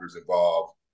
involved